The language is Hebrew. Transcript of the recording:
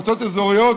במועצות אזוריות,